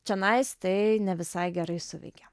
čionais tai ne visai gerai suveikia